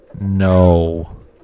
No